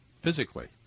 physically